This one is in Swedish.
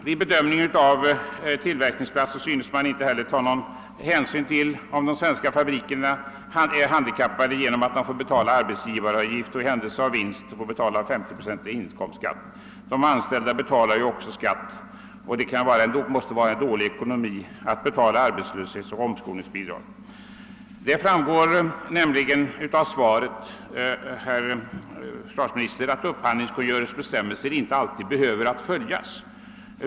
Vid bedömningen av tillverkningsplats synes man inte heller ta hänsyn till att de svenska fabrikerna är handikappade genom att de får betala arbetsgivaravgift, och i händelse av vinst 50 procent av denna i inkomstskatt. De anställda erlägger ju också skatt, och det måste vara dålig ekonomi för staten att betala arbetslöshetsoch omskolningsbidrag i stället för att få skatteinkomster. Det framgår av svaret, herr försvarsminister, att upphandlingskungörelsens bestämmelser inte alltid behöver följas.